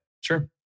Sure